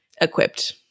equipped